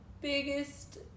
biggest